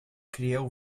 crieu